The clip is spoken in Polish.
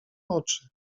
oczy